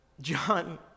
John